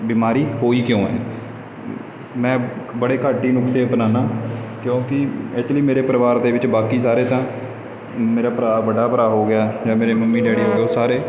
ਬਿਮਾਰੀ ਹੋਈ ਕਿਉਂ ਹੈ ਮੈਂ ਬੜੇ ਘੱਟ ਹੀ ਨੁਸਖੇ ਅਪਣਾਉਂਦਾ ਕਿਉਂਕਿ ਐਕਚੁਲੀ ਮੇਰੇ ਪਰਿਵਾਰ ਦੇ ਵਿੱਚ ਬਾਕੀ ਸਾਰੇ ਤਾਂ ਮੇਰਾ ਭਰਾ ਵੱਡਾ ਭਰਾ ਹੋ ਗਿਆ ਜਾਂ ਮੇਰੇ ਮੰਮੀ ਡੈਡੀ ਹੋ ਗਏ ਉਹ ਸਾਰੇ